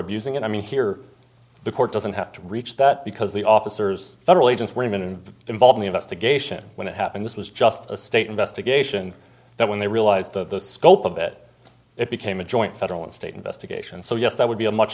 abusing it i mean here the court doesn't have to reach that because the officers federal agents were even involved the investigation when it happened this was just a state investigation that when they realized that the scope of it it became a joint federal and state investigation so yes that would be a much